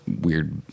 weird